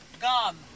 Gum